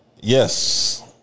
yes